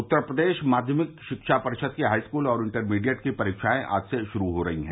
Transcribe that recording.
उत्तर प्रदेश माध्यमिक शिक्षा परिषद की हाईस्कूल और इंटरमीडिएट की परीक्षाएं आज से शुरू हो रही हैं